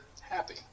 happy